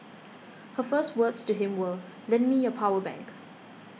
her first words to him were lend me your power bank